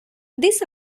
this